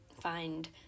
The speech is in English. find